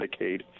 Medicaid